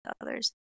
others